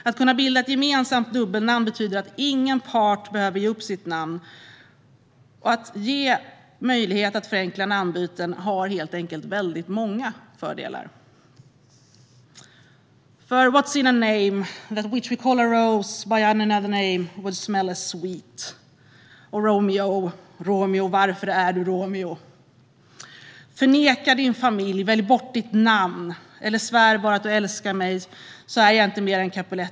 Möjligheten att bilda ett gemensamt dubbelnamn innebär att ingen part behöver ge upp sitt namn. Att ge möjlighet att förenkla namnbyten har helt enkelt väldigt många fördelar, för "What's in a name? That which we call a rose / By any other name would smell as sweet." O Romeo Romeo varför är du Romeo? Förneka din familj, välj bort ditt namn. Eller svär bara att du älskar mig Så är jag inte mer en Capulet.